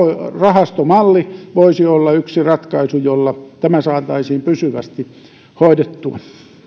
rahastomalli voisi olla yksi ratkaisu jolla tämä saataisiin pysyvästi hoidettua